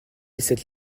cette